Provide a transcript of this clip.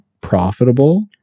profitable